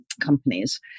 companies